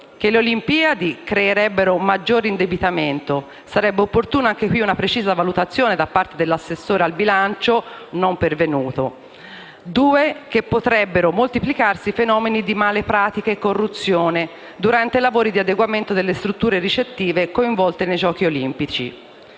le Olimpiadi creerebbero maggior indebitamento: sarebbe opportuna in proposito una precisa valutazione da parte dell'assessore al bilancio, non pervenuta. In secondo luogo, potrebbero moltiplicarsi i fenomeni di male pratiche e corruzione durante i lavori di adeguamento delle strutture ricettive coinvolte nei giochi olimpici.